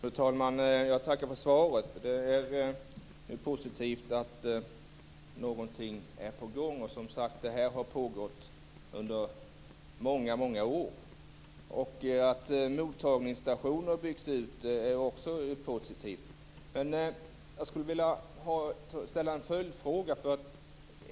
Fru talman! Jag tackar för svaret. Det är positivt att någonting är på gång. Det här har som sagt pågått under många år. Att mottagningsstationer byggs ut är också positivt. Men jag skulle vilja ställa en följdfråga.